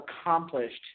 accomplished